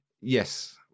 yes